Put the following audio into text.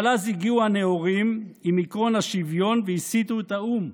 אבל אז הגיעו הנאורים עם עקרון השוויון והסיתו את האום: